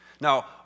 Now